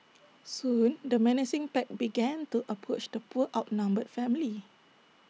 soon the menacing pack began to approach the poor outnumbered family